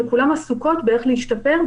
וכולן עסוקות באיך להשתפר.